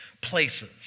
places